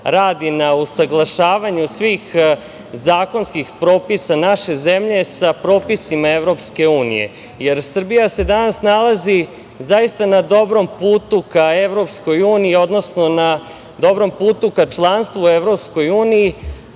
radi na usaglašavanju svih zakonskih propisa naše zemlje sa propisima Evropske unije, jer Srbija se danas nalazi zaista na dobrom putu ka Evropskoj uniji, odnosno na dobrom putu ka članstvu u Evropskoj uniji,